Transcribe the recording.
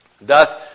Thus